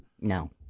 No